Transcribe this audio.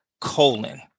colon